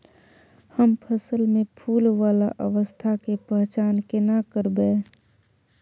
हम फसल में फुल वाला अवस्था के पहचान केना करबै?